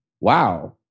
wow